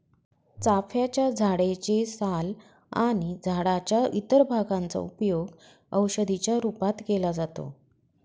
चाफ्याच्या झाडे चे साल आणि झाडाच्या इतर भागांचा उपयोग औषधी च्या रूपात केला जातो